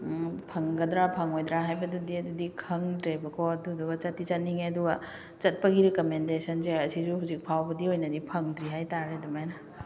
ꯐꯪꯒꯗ꯭ꯔꯥ ꯐꯪꯉꯣꯏꯗ꯭ꯔꯥ ꯍꯥꯏꯕꯗꯨꯗꯤ ꯑꯗꯨꯗꯤ ꯈꯪꯗ꯭ꯔꯦꯕꯀꯣ ꯑꯗꯨꯗꯨꯒ ꯆꯠꯇꯤ ꯆꯠꯅꯤꯡꯉꯦ ꯑꯗꯨꯒ ꯆꯠꯄꯒꯤ ꯔꯤꯀꯃꯦꯟꯗꯦꯁꯟꯁꯦ ꯑꯁꯤꯁꯨ ꯍꯧꯖꯤꯛꯐꯥꯎꯕꯗꯤ ꯑꯣꯏꯅꯗꯤ ꯐꯪꯗ꯭ꯔꯤ ꯍꯥꯏ ꯇꯥꯔꯦ ꯑꯗꯨꯃꯥꯏꯅ